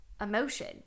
emotion